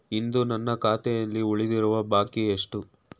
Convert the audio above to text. ಇಂದು ನನ್ನ ಖಾತೆಯಲ್ಲಿ ಉಳಿದಿರುವ ಬಾಕಿ ಎಷ್ಟು?